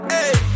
Hey